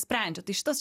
sprendžia tai šitas